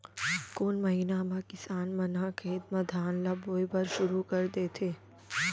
कोन महीना मा किसान मन ह खेत म धान ला बोये बर शुरू कर देथे?